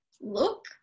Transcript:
look